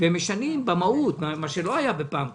ומשנה במהות, מה שלא היה בפעם הקודמת,